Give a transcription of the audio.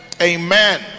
Amen